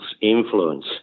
influence